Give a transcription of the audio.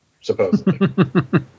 supposedly